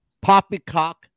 poppycock